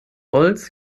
holz